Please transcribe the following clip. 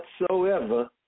whatsoever